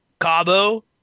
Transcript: Cabo